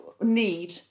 need